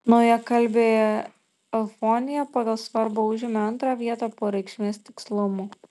naujakalbėje eufonija pagal svarbą užėmė antrą vietą po reikšmės tikslumo